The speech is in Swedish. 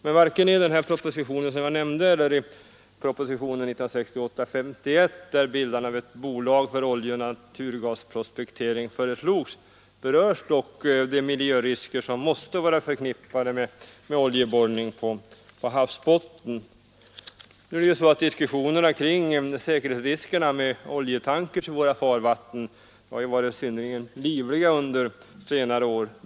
Men varken i den proposition som jag nämnde eller i propositionen 51 år 1968, där bildandet av ett bolag för naturgasoch oljeprospektering föreslogs, berörs dock de miljörisker som måste vara förknippade med oljeborrning på havsbotten. Diskussionerna kring säkerhetsriskerna med oljetankers i våra farvat ten har ju varit synnerligen livliga under senare år.